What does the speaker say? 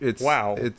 Wow